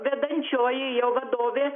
vedančioji jo vadovė